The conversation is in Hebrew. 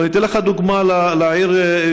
אני אתן לך דוגמה על העיר שלי,